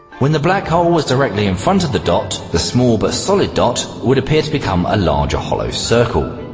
when the black hole was directly in front of the dot, the small but solid dot would appear to become a larger hollow circle.